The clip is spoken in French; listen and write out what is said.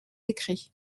écrits